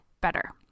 better